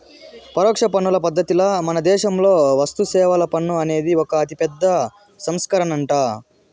పరోక్ష పన్నుల పద్ధతిల మనదేశంలో వస్తుసేవల పన్ను అనేది ఒక అతిపెద్ద సంస్కరనంట